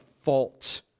fault